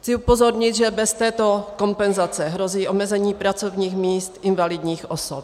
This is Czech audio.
Chci upozornit, že bez této kompenzace hrozí omezení pracovních míst invalidních osob.